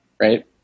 Right